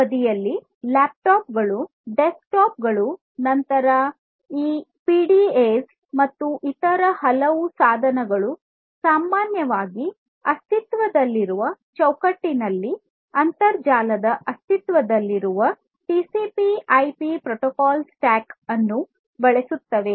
ಇನ್ನೊಂದು ಬದಿಯಲ್ಲಿ ಲ್ಯಾಪ್ಟಾಪ್ಗಳು ಡೆಸ್ಕ್ಟಾಪ್ಗಳು ನಂತರ ಈ ಪಿಡಿಎಗಳು ಮತ್ತು ಇತರ ಹಲವು ಸಾಧನಗಳು ಸಾಮಾನ್ಯವಾಗಿ ಅಸ್ತಿತ್ವದಲ್ಲಿರುವ ಚೌಕಟ್ಟಿನಲ್ಲಿ ಅಂತರ್ಜಾಲದ ಅಸ್ತಿತ್ವದಲ್ಲಿರುವ TCP IP protocol stack TCPIP protocol stack ಅನ್ನು ಬಳಸುತ್ತವೆ